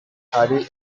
hari